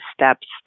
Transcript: steps